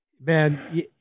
Man